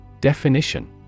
Definition